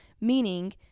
meaning